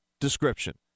description